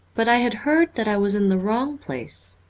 but i had heard that i was in the wrong place,